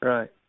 Right